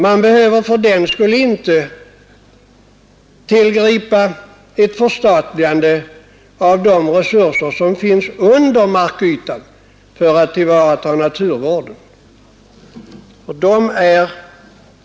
Man behöver inte tillgripa ett förstatligande av de resurser som finns under markytan för att tillvarata naturvårdsintressena.